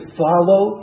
follow